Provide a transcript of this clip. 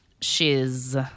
shiz